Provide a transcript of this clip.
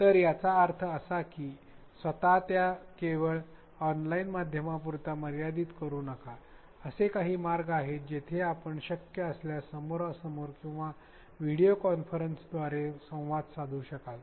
तर याचा अर्थ असा की स्वत ला केवळ ऑनलाइन माध्यमापुरता मर्यादित करू नका असे काही मार्ग आहेत जिथे आपणास शक्य असल्यास समोरासमोर किंवा व्हिडिओ कॉन्फरन्सिंगद्वारे संवाद साधू शकाल